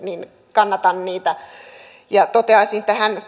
kannatan niitä toteaisin tähän